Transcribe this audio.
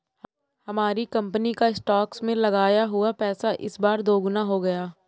हमारी कंपनी का स्टॉक्स में लगाया हुआ पैसा इस बार दोगुना हो गया